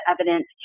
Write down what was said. evidence